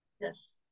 Yes